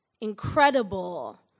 Incredible